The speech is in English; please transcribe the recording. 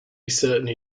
certainly